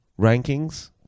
rankings